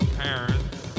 parents